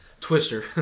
Twister